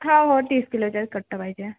हाव हो तीस किलोचाच कट्टा पाहिजे